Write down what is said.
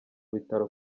bitaro